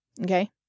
Okay